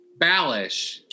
Ballish